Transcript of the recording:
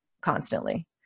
constantly